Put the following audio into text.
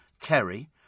Kerry